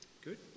Good